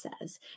says